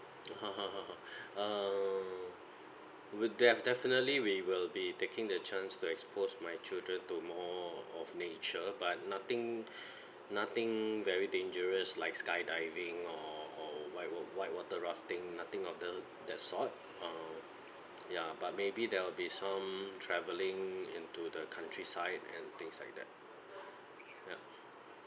err we'll def~ definitely we will be taking the chance to expose my children to more of nature but nothing nothing very dangerous like skydiving or whitewa~ whitewater rafting nothing of the that sort err ya but maybe there'll be some travelling into the countryside and things like that ya